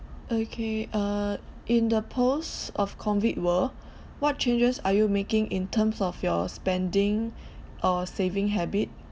okay uh in the post of COVID world what changes are you making in terms of your spending or saving habit